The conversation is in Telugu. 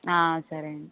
సరే అండి